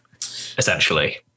essentially